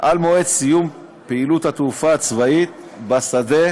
על מועד סיום פעילות התעופה הצבאית בשדה-דב,